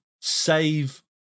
save